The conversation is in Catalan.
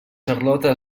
charlotte